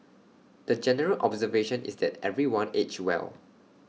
the general observation is that everyone aged well